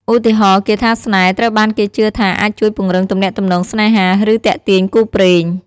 ឧទាហរណ៍ គាថាស្នេហ៍ត្រូវបានគេជឿថាអាចជួយពង្រឹងទំនាក់ទំនងស្នេហា ឬទាក់ទាញគូព្រេង។